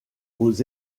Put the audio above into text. aux